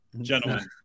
gentlemen